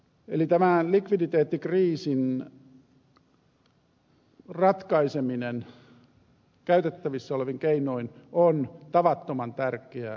eli tämän likviditeettikriisin ratkaiseminen käytettävissä olevin keinoin on tavattoman tärkeää